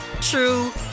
true